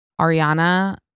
Ariana